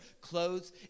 clothes